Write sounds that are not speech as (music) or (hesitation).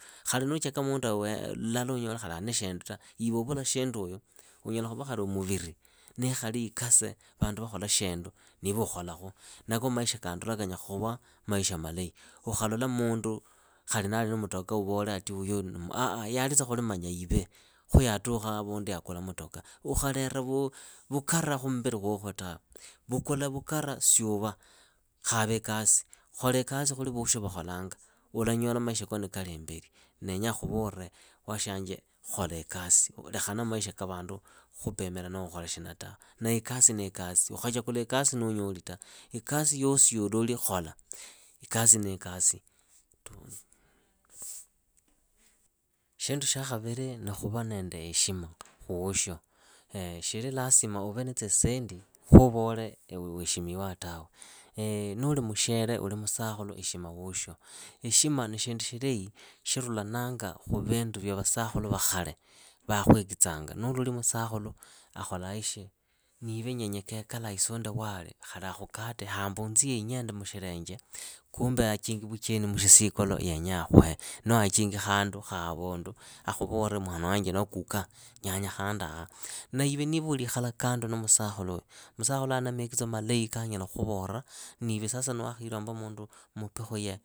Khali nuucheka munduoyo lala unyole khali ali na shindu ta. iwe uvula shinduuyu unyala khuva khali umuviri, nikhali ikase vandu vakhola shindu ukholakhu. Nako maisha kandola kanyaa khuva maisha malahi. Ukhalola mundu khali nali na mukoka uvole atiuyu (hesitation) ah. ye alitsa khuliiwe khu yatukha havundu yaakula mutoka. Ukhalera vukara khumbili kwokwo tawe, vukula vukara siuva. Khava ikasi, khola ikasi khuli voosho vakholanga. Ulanyola maishako nikali imbeli. Ndenya khuvore waashanje khola ikasi, lekhana na maisha ka vandu khupimira ukhole shina tawe, ikasi ni ikasi, ukhachakula ikasi nuunyoli ta. ikasi yosi yuunyoli khola. Shindu shya khaviri ni khuva na heshima khu woosho. Shiili lazima uve na tsisendi khuvole weeshimiwa tawe. Nuli mushere noho musakhulu heshima woosho. Heshima ni shindu shilahi shirulananga khu vindu vya vasakhulu va khale vakhuekitsanga nuloli musakhulu akholaa ishi. niive isunde wali khali akhukate hamba unzihe inyende mushilenje kumbe achingi vucheni mushisikolo yenya akhuhe, noho achingi khandu kha avundu akhuvole mwana wanje noho kuka nyanya khanduakha. Na ive niiva uliikhala kando na musakhuluuyu, musakhuluuyu ana mekitso malahi kaanyala khuvora, niiwe sasa niwakhilomba mundu mutukhuye